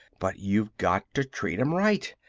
but you got to treat em right.